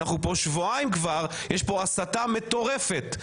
אנחנו כאן כבר שבועיים ויש כאן הסתה מטורפת,